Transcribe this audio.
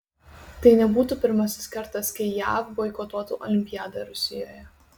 tai nebūtų pirmasis kartas kai jav boikotuotų olimpiadą rusijoje